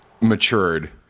matured